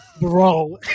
Bro